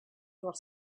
was